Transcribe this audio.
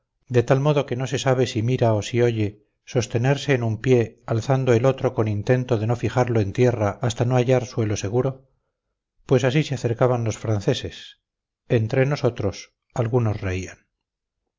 de tal modo que no se sabe si mira o si oye sostenerse en un pie alzando el otro con intento de no fijarlo en tierra hasta no hallar suelo seguro pues así se acercaban los franceses entre nosotros algunos reían